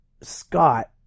Scott